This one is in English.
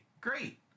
Great